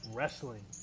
Wrestling